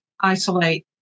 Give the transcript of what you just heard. isolate